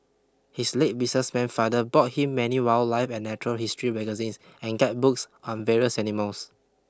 his late businessman father bought him many wildlife and natural history magazines and guidebooks on various animals